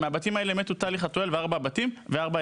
מהבתים האלה נורו ונהרגו טלי חטואל וארבעת ילדיה.